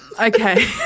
okay